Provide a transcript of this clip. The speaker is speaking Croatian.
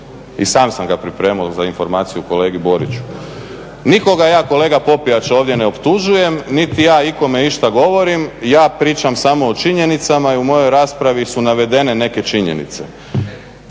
I sam sam ga pripremao za informaciju kolegi Boriću. Nikoga ja kolega Popijač ovdje ne optužujem niti ja ikome išta govorim. Ja pričam samo o činjenicama i u mojoj raspravi su navedene neke činjenice.